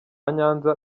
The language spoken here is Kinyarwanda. nyanza